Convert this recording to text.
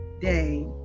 day